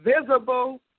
visible